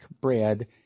bread